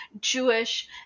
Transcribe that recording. Jewish